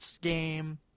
Game